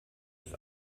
ist